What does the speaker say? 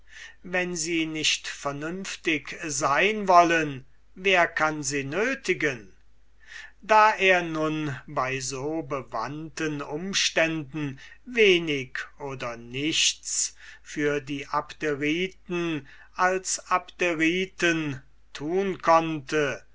wenn sie nun nicht klug sein wollen wer kann sie nötigen da er also bei so bewandten umständen wenig oder nichts für die abderiten als abderiten tun konnte